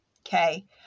okay